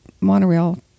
monorail